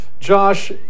Josh